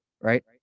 right